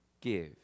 give